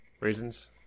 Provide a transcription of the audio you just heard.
reasons